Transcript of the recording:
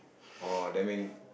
oh that means